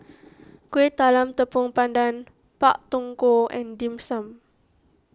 Kueh Talam Tepong Pandan Pak Thong Ko and Dim Sum